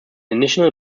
initially